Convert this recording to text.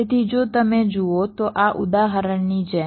તેથી જો તમે જુઓ તો આ ઉદાહરણની જેમ